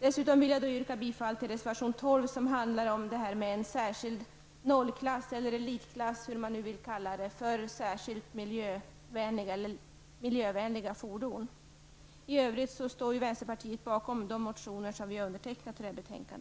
vill dessutom yrka bifall till reservation 12 som handlar om en särskild nollklass eller elitklass, vad man nu vill kalla den, för särskilt miljövänliga fordon. I övrigt står vänsterpartiet bakom de reservationer som vi har undertecknat i det här betänkandet.